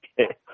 Okay